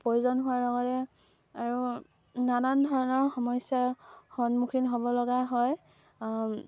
প্ৰয়োজন হোৱাৰ লগতে আৰু নানান ধৰণৰ সমস্যাৰ সন্মুখীন হ'ব লগা হয়